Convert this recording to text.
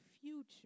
future